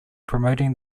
promoting